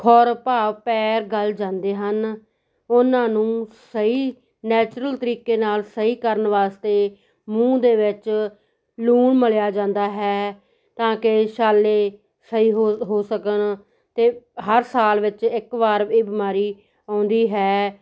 ਖੁਰ ਭਾਵ ਪੈਰ ਗਲ ਜਾਂਦੇ ਹਨ ਉਹਨਾਂ ਨੂੰ ਸਹੀ ਨੈਚੁਰਲ ਤਰੀਕੇ ਨਾਲ ਸਹੀ ਕਰਨ ਵਾਸਤੇ ਮੂੰਹ ਦੇ ਵਿੱਚ ਲੂਣ ਮਲਿਆ ਜਾਂਦਾ ਹੈ ਤਾਂ ਕਿ ਛਾਲੇ ਸਹੀ ਹੋ ਹੋ ਸਕਣ ਅਤੇ ਹਰ ਸਾਲ ਵਿੱਚ ਇੱਕ ਵਾਰ ਇਹ ਬਿਮਾਰੀ ਆਉਂਦੀ ਹੈ